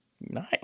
Nice